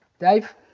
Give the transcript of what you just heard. Dave